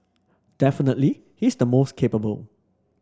definitely he's the most capable